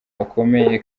bakomeye